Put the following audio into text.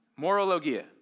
Morologia